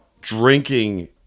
drinking